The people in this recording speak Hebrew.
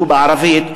שהוא בערבית,